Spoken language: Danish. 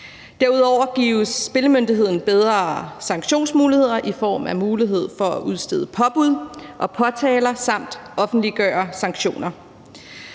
Derudover gives Spillemyndigheden bedre sanktionsmuligheder i form af mulighed for at udstede påbud og påtaler samt offentliggøre sanktioner.